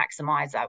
maximizer